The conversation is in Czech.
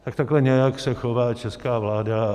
Tak takhle nějak se chová česká vláda.